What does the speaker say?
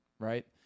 Right